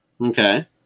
Okay